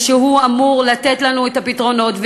והוא אמור לתת לנו את הפתרונות,